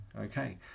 Okay